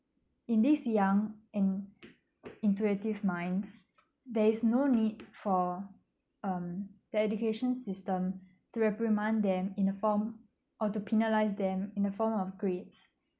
in this young and intuitive minds there is no need for um the education system to reprimand them in the form or to penalise them in the form of grades